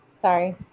sorry